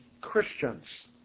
Christians